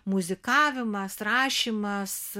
muzikavimas rašymas